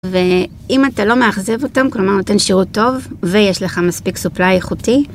ואם אתה לא מאכזב אותם, כלומר נותן שירות טוב ויש לך מספיק supply איכותי.